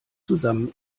zusammen